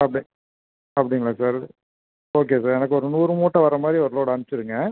அப்படி அப்படிங்களா sir okay sir எனக்கு ஒரு நூறு மூட்டை வர மாதிரி ஒரு லோடு அம்ச்சிடுங்க